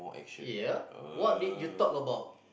ya what did you talk about